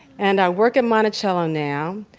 and i work at monticello now.